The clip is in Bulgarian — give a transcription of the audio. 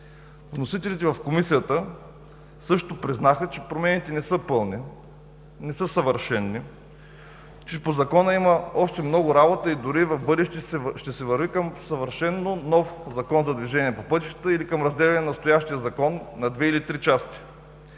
Вносителите признаха в Комисията, че промените не са пълни, не са съвършени, че по Закона има още много работа и дори в бъдеще ще се върви към съвършено нов Закон за движение по пътищата или към разделяне на настоящия Закон на две или три части.